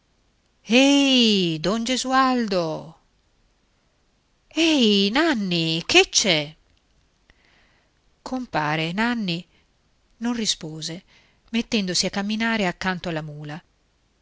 ehi don gesualdo ehi nanni che c'è compare nanni non rispose mettendosi a camminare accanto alla mula